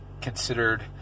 considered